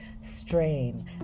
strain